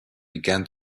began